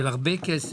של הרבה כסף.